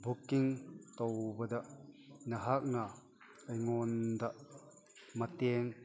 booking ꯇꯧꯕꯗ ꯅꯍꯥꯛꯅ ꯑꯩꯉꯣꯟꯗ ꯃꯇꯦꯡ